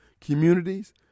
communities